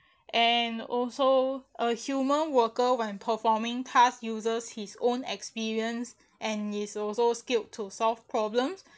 and also a human worker when performing task uses his own experience and he's also skilled to solve problems